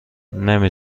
نمی